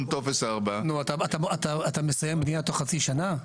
טופס 4. נו אתה מסיים בניה בתוך חצי שנה?